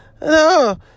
No